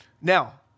Now